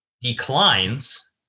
declines